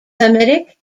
semitic